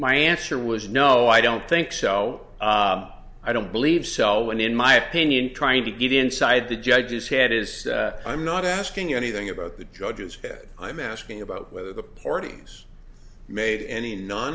my answer was no i don't think so i don't believe selwyn in my opinion trying to get inside the judge's head is i'm not asking anything about the judges i'm asking about whether the parties made any non